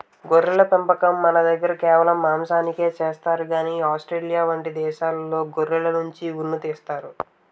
గొర్రెల పెంపకం మనదగ్గర కేవలం మాంసానికే చేస్తారు కానీ ఆస్ట్రేలియా వంటి దేశాల్లో గొర్రెల నుండి ఉన్ని తీస్తారు